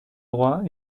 droit